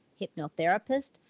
hypnotherapist